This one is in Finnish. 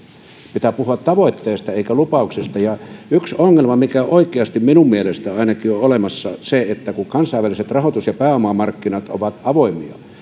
pitää puhua tavoitteista eikä lupauksista yksi ongelma mikä oikeasti ainakin minun mielestäni on olemassa on se että kun kansainväliset rahoitus ja pääomamarkkinat ovat avoimia